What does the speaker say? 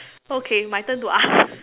okay my turn to ask